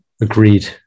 Agreed